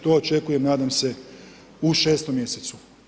To očekujem, nadam se u 6. mjesecu.